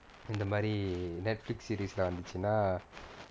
இந்த மாரி:intha maari Netflix series lah வந்துச்சுனா:vanthuchunaa